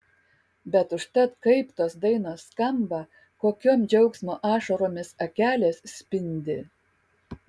bet užtat kaip tos dainos skamba kokiom džiaugsmo ašaromis akelės spindi